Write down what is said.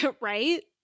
Right